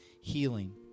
healing